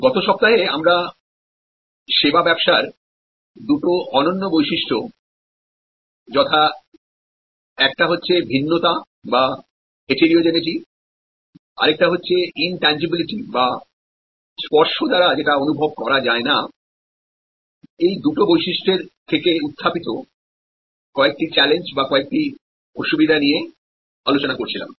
গত সপ্তাহে আমরা সার্ভিস বিজনেস এর দুটো অনন্য বৈশিষ্ট্য যথা একটা হচ্ছে ভিন্নতা বাহেটেরোজেনেইটি আরেকটা হচ্ছে ইনটেনজিবিলিটি বা স্পর্শ দ্বারা যেটা অনুভব করা যায় না এই দুটো বৈশিষ্ট্যের থেকে উত্থাপিত কয়েকটি চ্যালেঞ্জ বা কয়েকটি অসুবিধা নিয়ে আলোচনা করেছিলাম